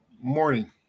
Morning